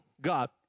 God